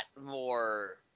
more